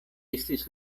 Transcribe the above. estis